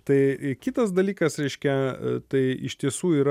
tai kitas dalykas e reiškia tai iš tiesų yra